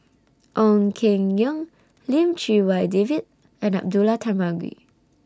Ong Keng Yong Lim Chee Wai David and Abdullah Tarmugi